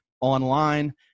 online